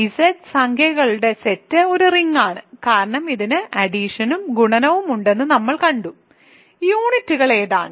Z സംഖ്യകളുടെ set ഒരു റിങ്ങാണ് കാരണം ഇതിന് അഡിഷനും ഗുണനവും ഉണ്ടെന്ന് നമ്മൾ കണ്ടു യൂണിറ്റുകൾ ഏതാണ്